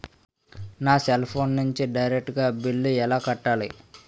నా cell phone నుంచి direct గా బిల్లు ఎలా కట్టాలి?